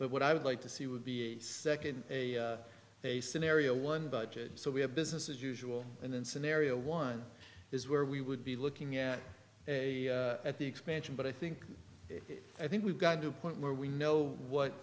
but what i would like to see would be a second a day scenario one budget so we have business as usual and then scenario one is where we would be looking at a at the expansion but i think i think we've got to a point where we know what